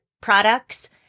products